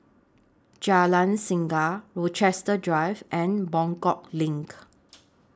Jalan Singa Rochester Drive and Buangkok LINK